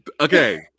Okay